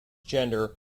gender